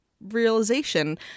realization